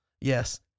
yes